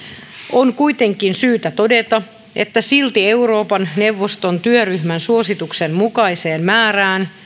on kuitenkin syytä todeta että silti euroopan neuvoston työryhmän suosituksen mukaiseen määrään